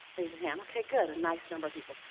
raise your hand. okay, good, a nice number of people.